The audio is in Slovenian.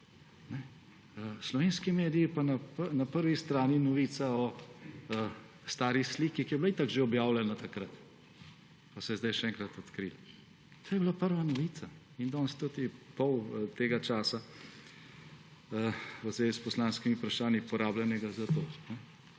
slovenski mediji pa na prvi strani novica o stari sliki, ki je bila itak že objavljena takrat, pa so jo zdaj še enkrat odkrili. To je bila prva novica in danes tudi pol tega časa v zvezi s poslanskimi vprašanji porabljenega za to,